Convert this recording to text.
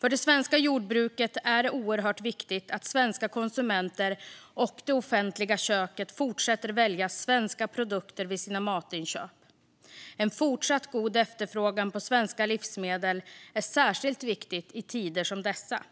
För det svenska jordbruket är det oerhört viktigt att svenska konsumenter och det offentliga köket fortsätter att välja svenska produkter vid sina matinköp. En fortsatt god efterfrågan på svenska livsmedel är särskilt viktig i tider som dessa.